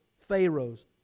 Pharaoh's